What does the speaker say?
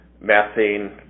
methane